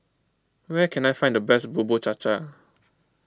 where can I find the best Bubur Cha Cha